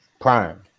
prime